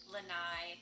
Lanai